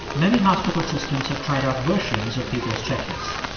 many hospital systems have tried out versions of peter's checklists.